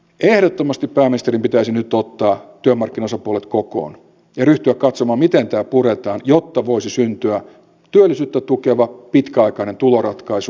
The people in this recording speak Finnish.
ehdottomasti pääministerin pitäisi nyt ottaa työmarkkinaosapuolet kokoon ja ryhtyä katsomaan miten tämä puretaan jotta voisi syntyä työllisyyttä tukeva pitkäaikainen tuloratkaisu